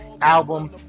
album